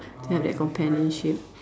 that companionship